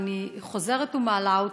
ואני חוזרת ומעלה אותו,